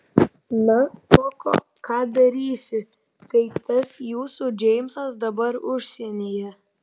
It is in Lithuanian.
na koko ką darysi kai tas jūsų džeimsas dabar užsienyje